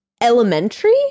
elementary